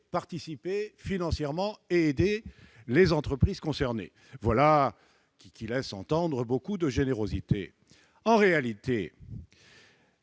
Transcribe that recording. participer financièrement et aider les entreprises concernées. Voilà qui laisse entendre beaucoup de générosité ! Les